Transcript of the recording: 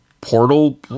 portal